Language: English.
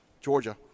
Georgia